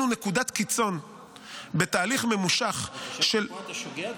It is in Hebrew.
הוא נקודת קיצון בתהליך ממושך של --- אני חושב שפה אתה שוגה,